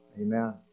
amen